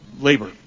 labor